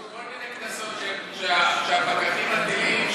מכל מיני קנסות שהפקחים מטילים,